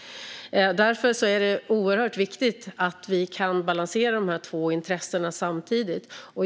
Därför är det oerhört viktigt att vi kan balansera dessa två intressen samtidigt.